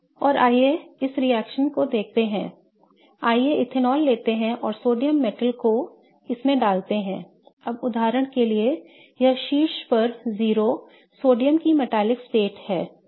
और आइए इस रिएक्शन को देखते हैं आइए इथेनॉल लेते हैं और सोडियम धातु को इसमें डालते हैं अब उदाहरण के लिए यह शीर्ष पर 0 सोडियम की धात्विक अवस्था है